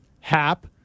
Hap